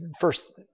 first